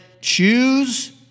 choose